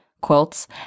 quilts